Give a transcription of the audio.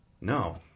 No